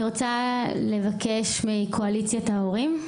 להלן תרגומם: אני רוצה לשמוע את קואליציית ההורים,